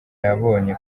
yabonye